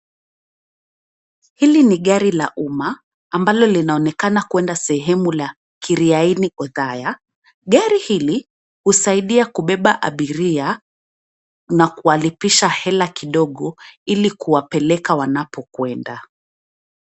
Hili ni gari la umma ambalo linaonekana kwenda sehemu la Kiria ini Othaya. Gari hili husaidia kubeba abiria na kuwalipisha hela kidogo ili kuwapeleka wanakokwenda.